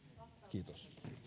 kiitos